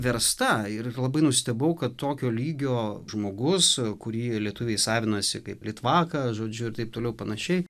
versta ir ir labai nustebau kad tokio lygio žmogus kurį lietuviai savinasi kaip litvaką žodžiu ir taip toliau ir panašiai